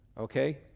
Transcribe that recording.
Okay